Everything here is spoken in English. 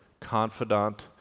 confidant